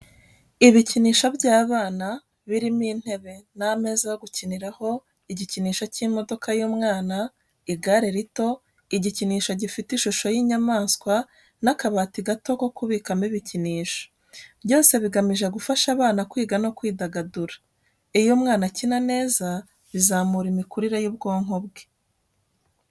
ibikinisho by’abana birimo intebe n’ameza yo gukiniraho, igikinisho cy’imodoka y’umwana, igare rito, igikinisho gifite ishusho y’inyamaswa n’akabati gato ko kubikamo ibikinisho. Byose bigamije gufasha abana kwiga no kwidagadura. Iyo umwana akina neza bizamura imikurire y'ubwonko bwe.